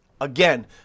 Again